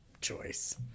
choice